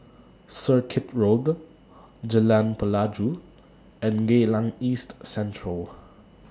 Circuit Road Jalan Pelajau and Geylang East Central